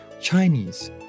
Chinese